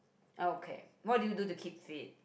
okay what do you do to keep fit